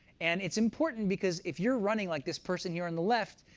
and it's important, because if you're running like this person here on the left,